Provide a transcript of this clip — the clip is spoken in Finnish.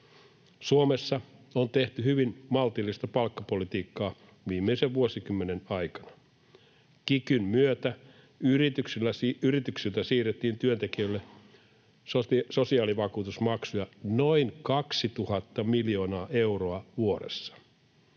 Suomessa on tehty hyvin maltillista palkkapolitiikkaa viimeisen vuosikymmenen aikana. Kikyn myötä yrityksiltä siirrettiin työntekijöille sosiaalivakuutusmaksuja noin 2 000 miljoonaa euroa vuodessa,